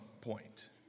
point